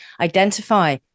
identify